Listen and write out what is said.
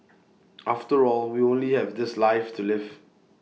after all we only have this life to live